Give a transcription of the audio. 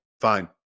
Fine